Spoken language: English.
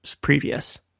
previous